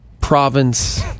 province